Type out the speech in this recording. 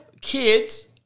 kids